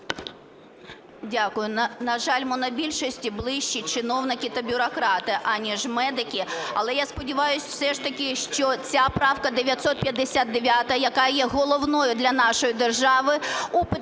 Дякую. На жаль, монобільшості ближче чиновники та бюрократи, аніж медики. Але я сподіваюсь все ж таки, що ця правка 959, яка є головною для нашої держави